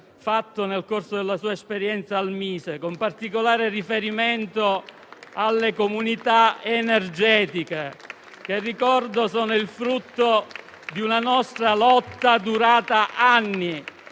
fatto nel corso della sua esperienza al Mise - con particolare riferimento alle comunità energetiche, che - lo ricordo - sono il frutto di una nostra lotta durata anni,